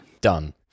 Done